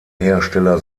hersteller